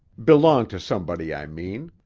belong to some body, i mean.